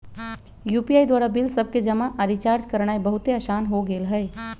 UPI द्वारा bill सभके जमा आऽ रिचार्ज करनाइ बहुते असान हो गेल हइ